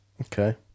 Okay